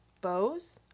Bows